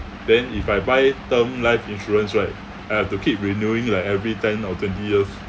then if I buy term life insurance right I have to keep renewing like every ten or twenty years